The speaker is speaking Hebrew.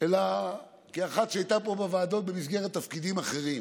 אלא כאחת שהייתה פה בוועדות במסגרת תפקידים אחרים.